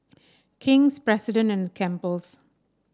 King's President and Campbell's